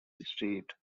street